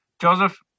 Joseph